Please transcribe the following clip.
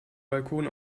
balkon